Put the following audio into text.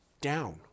down